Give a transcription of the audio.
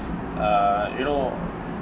err you know